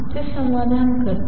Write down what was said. चे समाधान करते